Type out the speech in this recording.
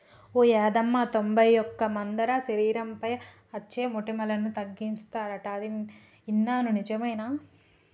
ఓ యాదమ్మ తొంబై ఒక్క మందార శరీరంపై అచ్చే మోటుములను తగ్గిస్తుందంట అని ఇన్నాను నిజమేనా